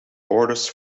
orders